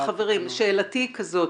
חברים שאלתי היא כזאת,